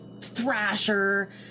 thrasher